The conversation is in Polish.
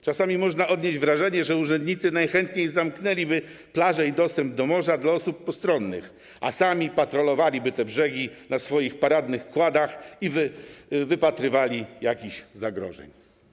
Czasami można odnieść wrażenie, że urzędnicy najchętniej zamknęliby plażę i dostęp do morza dla osób postronnych, a sami patrolowaliby brzegi na swoich paradnych quadach i wypatrywali jakichś zagrożeń.